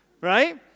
Right